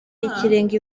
y’ikirenga